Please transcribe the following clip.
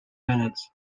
minutes